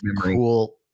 cool